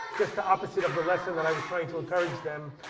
just the opposite of the lesson that i was trying to encourage them,